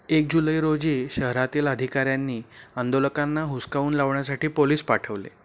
एक जुलै रोजी शहरातील अधिकाऱ्यांनी आंदोलकांना हुसकावून लावण्यासाठी पोलिस पाठवले